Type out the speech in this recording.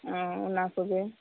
ᱚᱻ ᱚᱱᱟ ᱠᱚᱜᱮ